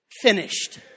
finished